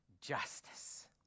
justice